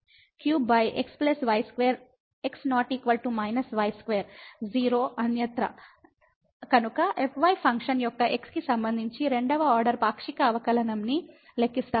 కాబట్టి fy function యొక్క x కి సంబంధించి రెండవ ఆర్డర్ పాక్షిక అవకలనాన్ని లెక్కిస్తాము